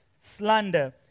slander